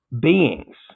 beings